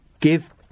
give